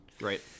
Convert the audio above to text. Right